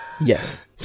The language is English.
Yes